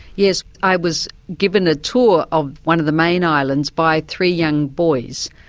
yes, i was given a tour of one of the main islands by three young boys,